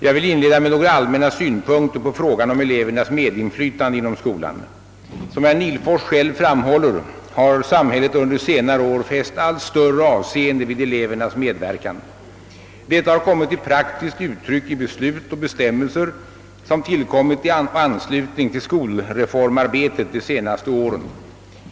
Jag vill inleda med några allmänna synpunkter på frågan om elevernas medinflytande inom skolan. Som herr Nihlfors själv framhåller har samhället under senare år fäst allt större avseende vid elevernas medverkan. Detta har kommit till praktiskt uttryck i beslut och bestämmelser som tillkommit i anslutning till skolreformarbetet de senaste åren.